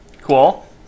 Cool